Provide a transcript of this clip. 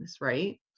right